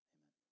Amen